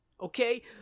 okay